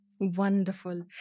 Wonderful